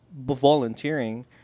volunteering